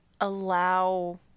allow